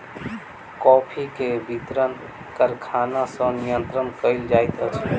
coffee के वितरण कारखाना सॅ नियंत्रित कयल जाइत अछि